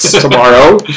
tomorrow